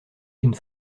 une